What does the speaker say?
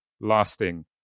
lasting